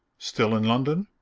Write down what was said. still in london?